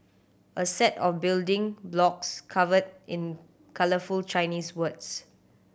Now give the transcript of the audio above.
a set of building blocks covered in colourful Chinese words